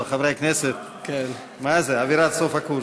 חברי הכנסת, מה זה, אווירת סוף הקורס.